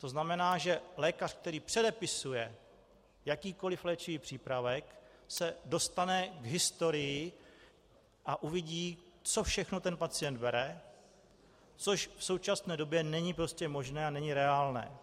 To znamená, že lékař, který předepisuje jakýkoli léčivý přípravek, se dostane k historii a uvidí, co všechno ten pacient bere, což v současné době není prostě možné a není reálné.